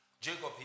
Jacob